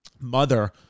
mother